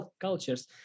cultures